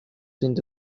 into